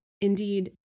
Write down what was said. Indeed